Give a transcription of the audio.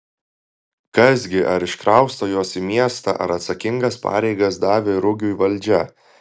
kas gi ar iškrausto juos į miestą ar atsakingas pareigas davė rugiui valdžia